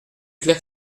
clair